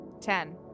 Ten